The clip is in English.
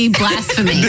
blasphemy